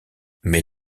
mais